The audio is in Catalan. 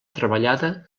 treballada